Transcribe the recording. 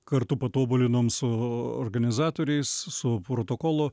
kartu patobulinom su organizatoriais su protokolu